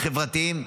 החברתיים,